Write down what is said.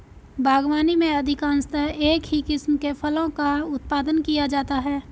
बागवानी में अधिकांशतः एक ही किस्म के फलों का उत्पादन किया जाता है